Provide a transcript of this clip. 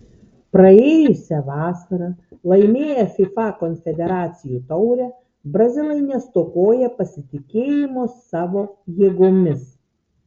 praėjusią vasarą laimėję fifa konfederacijų taurę brazilai nestokoja pasitikėjimo savo jėgomis